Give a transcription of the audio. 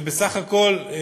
ובסך הכול,